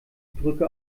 brücke